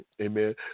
amen